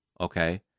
okay